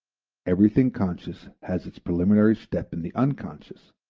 everything conscious has its preliminary step in the unconscious,